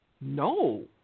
No